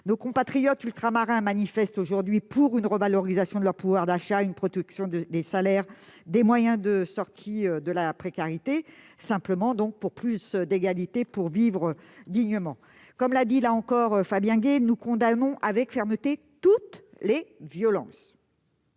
Nos compatriotes ultramarins manifestent aujourd'hui pour une revalorisation de leur pouvoir d'achat, pour une progression des salaires, pour des moyens de sortir de la précarité, etc. Ils manifestent tout simplement pour plus d'égalité et pour vivre dignement ! Comme l'a dit Fabien Gay, nous condamnons avec fermeté toutes les violences,